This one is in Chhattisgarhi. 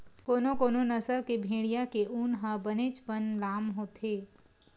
कोनो कोनो नसल के भेड़िया के ऊन ह बनेचपन लाम होथे